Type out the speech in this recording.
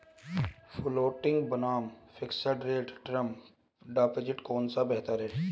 Floating बनाम fixed rate term deposit कौन सा बेहतर है?